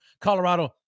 Colorado